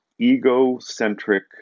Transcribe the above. egocentric